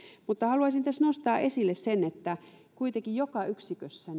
mutta haluaisin tässä nostaa esille sen että se kuitenkin on joka yksikössä